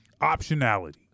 Optionality